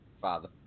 father